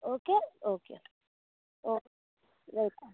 okay okay oh welcome